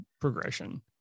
progression